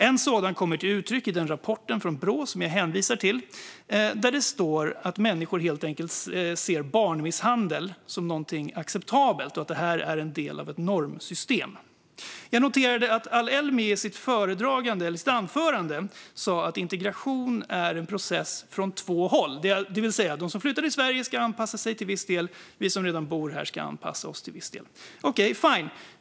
En sådan kommer till uttryck i den rapport från Brå som jag hänvisar till, där det står att människor ser barnmisshandel som något acceptabelt och att det är en del av ett normsystem. Jag noterade att Ali-Elmi i sitt anförande sa att integration är en process från två håll. Det vill säga att de som flyttar till Sverige ska anpassa sig till viss del, och vi som redan bor här ska anpassa oss till viss del. Okej, fine!